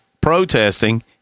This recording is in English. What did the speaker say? protesting